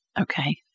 Okay